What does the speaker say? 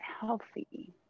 healthy